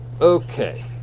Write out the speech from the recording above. Okay